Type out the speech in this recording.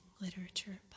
Literature